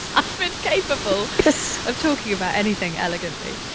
um incapable of talking about anything elegantly,